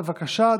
בבקשה,